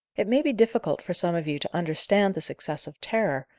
it may be difficult for some of you to understand this excessive terror,